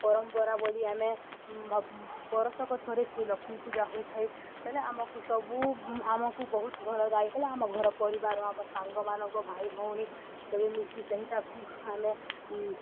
ପରମ୍ପରା ବୋଲି ଆମେ ବର୍ଷକ ଥରେ ସିଏ ଲକ୍ଷ୍ମୀ ପୂଜା ହୋଇଥାଏ ବୋଲେ ଆମକୁ ସବୁ ଆମକୁ ବହୁତ ଭଲଲାଗେ କଲେ ଆମ ଘର ପରିବାର ଆମ ସାଙ୍ଗମାନଙ୍କ ଭାଇ ଭଉଣୀ ସବୁ ମିଶି ସେଇଟାକୁ ଆମେ